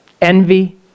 Envy